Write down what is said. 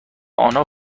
آنها